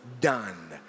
done